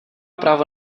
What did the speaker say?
právo